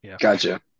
gotcha